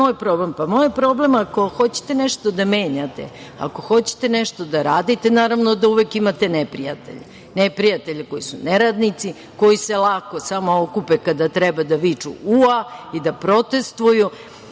moj problem? Moj je problem ako hoćete nešto da menjate, ako hoćete nešto da radite naravno da uvek imate neprijatelje. Neprijatelje koji su neradnici, koji se lako okupe samo kada treba da viču – ua i da protestvuju